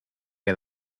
que